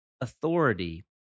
Authority